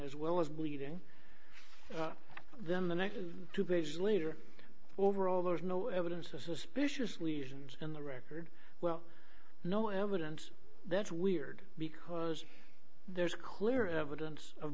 as well as bleeding then the next two days later overall there's no evidence of suspiciously and in the record well no evidence that's weird because there's clear evidence of